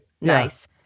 Nice